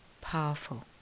powerful